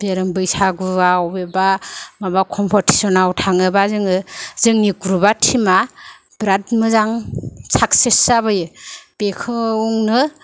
बैसागुआव अबेबा कमपिटिसनाव थाङोबा जोङो जोंनि ग्रुबआ टिमा बिरात मोजां साकसेस जाबोयो बेखौनो